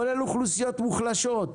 כולל אוכלוסיות מוחלשות,